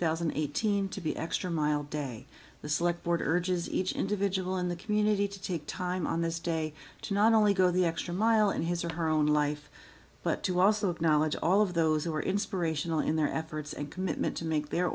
thousand and eighteen to be extra mile day the select border urges each individual in the community to take time on this day to not only go the extra mile in his or her own life but to also acknowledge all of those who are inspirational in their efforts and commitment to make their